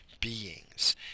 beings